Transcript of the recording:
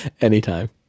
anytime